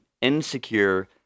insecure